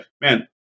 man